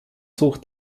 sucht